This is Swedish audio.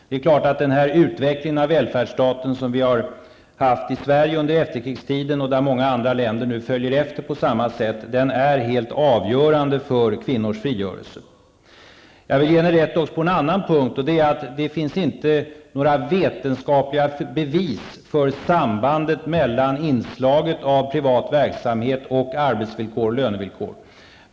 Det är klart att den utveckling av välfärdsstaten som har skett i Sverige under efterkrigstiden och i fråga om vilken många andra länder nu följer efter på samma sätt är helt avgörande för kvinnors frogörelse. För det andra vill jag ge Ines Uusmann rätt i att det inte finns några vetenskapliga bevis för sambandet mellan inslaget av privat verksamhet och arbetsvillkor och lönevillkor.